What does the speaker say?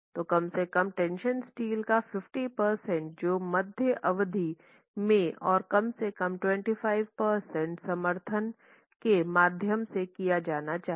तो कम से कम टेंशन स्टील का 50 प्रतिशत जो मध्य अवधि में और कम से कम 25 प्रतिशत समर्थन के माध्यम से किया जाना चाहिए